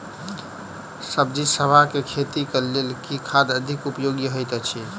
सब्जीसभ केँ खेती केँ लेल केँ खाद अधिक उपयोगी हएत अछि?